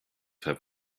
have